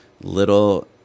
little